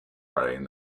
writing